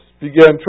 began